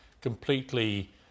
completely